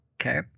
Okay